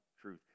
truth